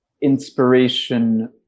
inspiration